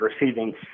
receiving